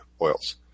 oils